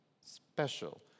special